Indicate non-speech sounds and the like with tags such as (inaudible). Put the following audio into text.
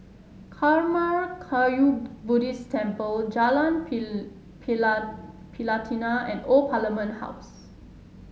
Karma Kagyud Buddhist Temple Jalan (unintelligible) Pelatina and Old Parliament House